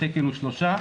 התקן הוא שלושה,